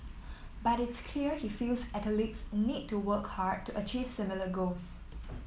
but it's clear he feels athletes need to work hard to achieve similar goals